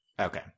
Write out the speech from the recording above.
Okay